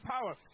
power